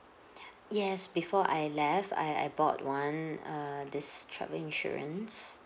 yes before I left I I bought one err this travel insurance